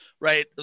right